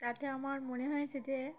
তাতে আমার মনে হয়েছে যে